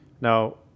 now